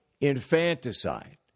infanticide